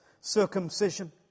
Circumcision